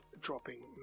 dropping